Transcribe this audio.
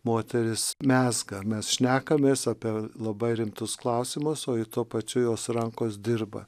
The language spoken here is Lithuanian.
moterys mezga mes šnekamės apie labai rimtus klausimus o ji tuo pačiu jos rankos dirba